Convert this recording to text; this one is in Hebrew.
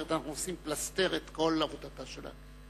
אחרת אנחנו עושים פלסתר את כל עבודתה של הכנסת.